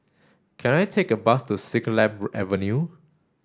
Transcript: can I take a bus to Siglap Avenue